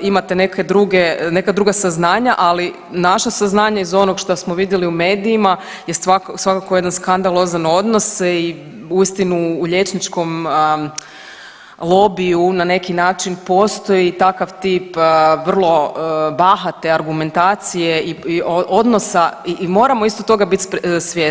imate neka druga saznanja, ali naša saznanja iz onog što smo vidjeli u medijima je svakako jedan skandalozan odnos i uistinu u liječničkom lobiju na neki način postoji takav tip vrlo bahate argumentacije i odnosa i moramo isto tog biti svjesni.